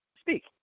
speak